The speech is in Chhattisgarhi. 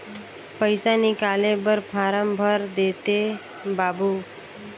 पइसा निकाले बर फारम भर देते बाबु?